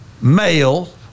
male